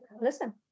Listen